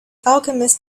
alchemist